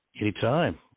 Anytime